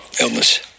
illness